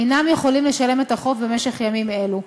אינם יכולים לשלם את החוב במשך ימים אלו.